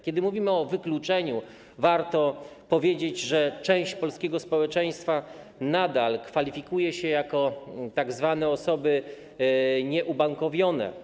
Kiedy mówimy o wykluczeniu, warto powiedzieć, że część polskiego społeczeństwa nadal kwalifikuje się jako tzw. osoby nieubankowione.